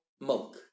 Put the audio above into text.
milk